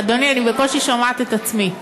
אדוני, אני בקושי שומעת את עצמי.